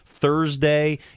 Thursday